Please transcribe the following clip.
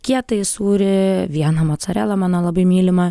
kietąjį sūrį vieną mocarela mano labai mylimą